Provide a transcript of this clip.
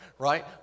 Right